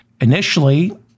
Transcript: Initially